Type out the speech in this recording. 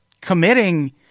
committing